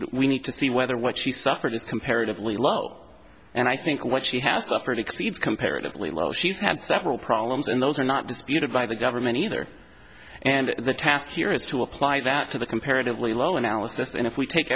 we need to see whether what she suffered is comparatively low and i think what she has suffered exceeds comparatively low she's had several problems and those are not disputed by the government either and the task here is to apply that to the comparatively low analysis and if we take